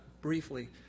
briefly